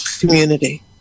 community